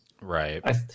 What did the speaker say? Right